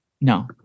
No